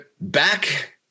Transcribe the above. back